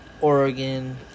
Oregon